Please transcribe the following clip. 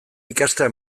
ikastea